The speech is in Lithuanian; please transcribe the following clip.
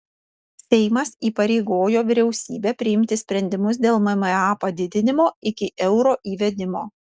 seimas įpareigojo vyriausybę priimti sprendimus dėl mma padidinimo iki euro įvedimo